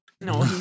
No